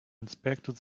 inspected